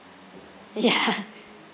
ya